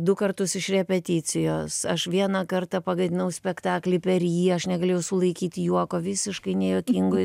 du kartus iš repeticijos aš vieną kartą pagadinau spektaklį per jį aš negalėjau sulaikyti juoko visiškai nejuokingoj